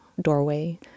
doorway